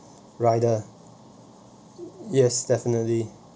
rider yes definitely